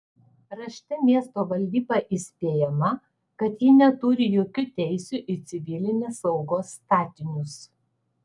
rašte miesto valdyba įspėjama kad ji neturi jokių teisių į civilinės saugos statinius